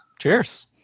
Cheers